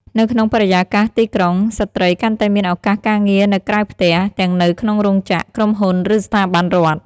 នៅក្នុងបរិយាកាសទីក្រុង ស្ត្រីកាន់តែមានឱកាសការងារនៅក្រៅផ្ទះ ទាំងនៅក្នុងរោងចក្រ ក្រុមហ៊ុន ឬស្ថាប័នរដ្ឋ។